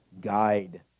guide